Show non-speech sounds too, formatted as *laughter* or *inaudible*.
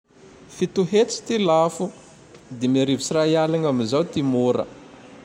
*noise* Fito *noise* hetsy ty lafo. *noise* Dimy *noise* arivo *noise* sy *noise* ray aligne *noise* amizao *noise* ty mora. *noise*